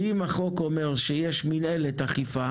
אם החוק אומר שיש מנהלת אכיפה